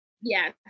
Yes